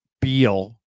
Beal